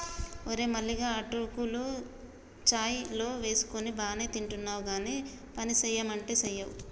ఓరే మల్లిగా అటుకులు చాయ్ లో వేసుకొని బానే తింటున్నావ్ గానీ పనిసెయ్యమంటే సెయ్యవ్